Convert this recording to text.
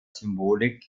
symbolik